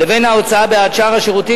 לבין ההוצאה בעד שאר השירותים,